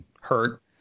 hurt